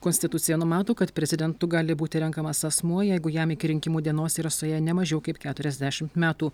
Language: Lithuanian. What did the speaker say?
konstitucija numato kad prezidentu gali būti renkamas asmuo jeigu jam iki rinkimų dienos yra suėję ne mažiau kaip keturiasdešimt metų